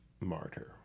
martyr